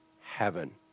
heaven